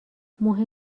مهم